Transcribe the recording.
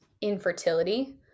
infertility